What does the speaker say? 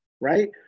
Right